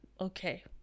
okay